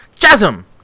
Chasm